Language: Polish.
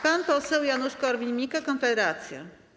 Pan poseł Janusz Korwin-Mikke, Konfederacja.